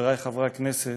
וחברי חברי הכנסת,